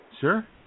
Sure